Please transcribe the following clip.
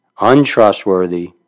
untrustworthy